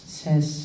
says